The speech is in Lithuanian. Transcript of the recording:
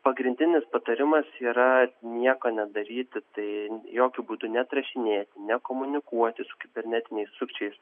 pagrindinis patarimas yra nieko nedaryti tai jokiu būdu neatrašinėti nekomunikuoti su kibernetiniais sukčiais